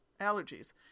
allergies